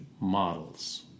models